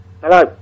Hello